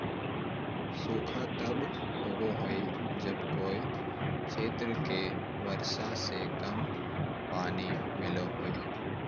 सूखा तब होबो हइ जब कोय क्षेत्र के वर्षा से कम पानी मिलो हइ